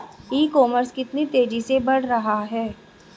ई commerce कितनी तेजी से बढ़ रहा है?